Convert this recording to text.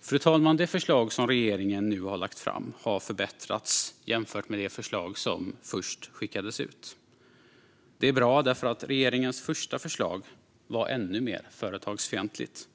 Fru talman! Det förslag som regeringen nu har lagt fram har förbättrats jämfört med det förslag som först skickades ut. Det är bra därför att regeringens första förslag var ännu mer företagsfientligt.